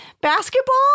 basketball